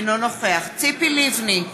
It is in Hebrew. אינו נוכח ציפי לבני,